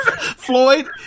Floyd